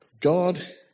God